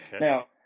Now